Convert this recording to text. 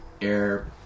Air